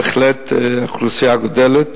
בהחלט האוכלוסייה גדלה,